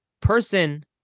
Person